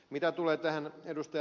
mitä tulee tähän ed